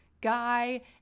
guy